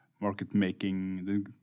market-making